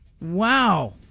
Wow